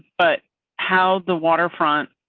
but how the waterfront.